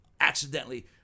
accidentally